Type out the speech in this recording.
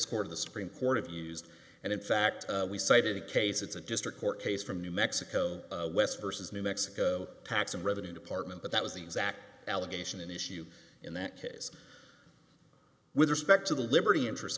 of the supreme court of use and in fact we cited a case it's a district court case from new mexico west versus new mexico tax and revenue department but that was the exact allegation an issue in that case with respect to the liberty interest